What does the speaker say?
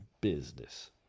business